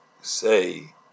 say